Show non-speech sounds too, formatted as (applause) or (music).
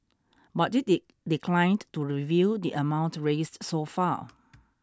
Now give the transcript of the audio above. but it (unintelligible) declined to reveal the amount raised so far